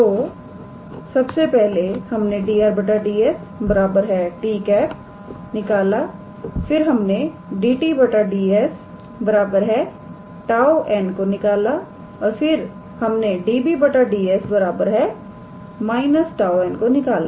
तो सबसे पहले हमने 𝑑𝑟⃗ 𝑑𝑠 𝑡̂ निकाला फिर हमने 𝑑𝑡̂ 𝑑𝑠 𝜅𝑛̂ को निकालाऔर फिर हमने 𝑑𝑏̂ 𝑑𝑠 −𝜁𝑛̂ को निकाला